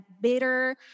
bitter